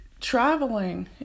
traveling